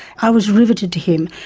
i was riveted to him,